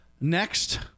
Next